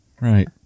right